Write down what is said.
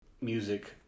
music